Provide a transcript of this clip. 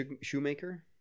Shoemaker